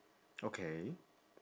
okay